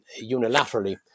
unilaterally